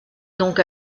donc